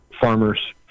farmers